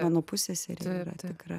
mano pusseserė yra tikra